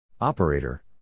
Operator